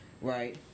right